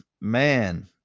man